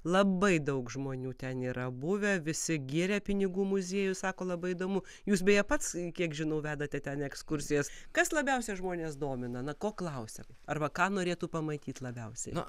labai daug žmonių ten yra buvę visi giria pinigų muziejus sako labai įdomu jūs beje pats kiek žinau vedate ten ekskursijas kas labiausiai žmones domina na ko klausia arba ką norėtų pamatyt labiausiai